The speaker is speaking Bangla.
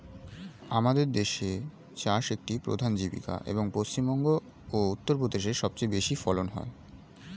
আমাদের দেশে চাষ একটি প্রধান জীবিকা, এবং পশ্চিমবঙ্গ ও উত্তরপ্রদেশে সবচেয়ে বেশি ফলন হয়